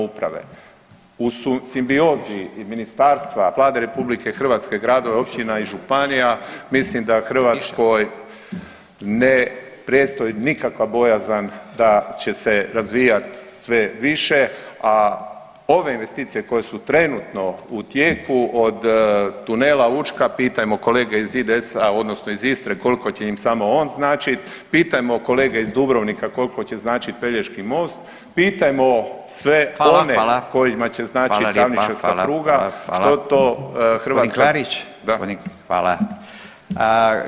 U simbiozi i ministarstva, Vlade RH, gradova, općina i županija mislim da Hrvatskoj ne predstoji nikakva bojazan da će se razvijat sve više, a ove investicije koje su trenutno u tijeku od tunela Učka pitajmo kolege iz IDS-a odnosno iz Istre koliko će im samo on značit, pitajmo kolege iz Dubrovnika kolko će značit Pelješki most, pitajmo sve [[Upadica: Hvala, hvala]] kojima će značiti … [[Govornik se ne razumije]] pruga, što to Hrvatska [[Upadica: Gospodin Klarić]] Da?